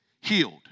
healed